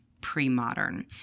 pre-modern